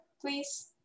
please